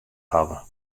hawwe